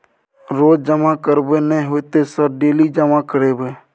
रोज जमा करबे नए होते सर डेली जमा करैबै?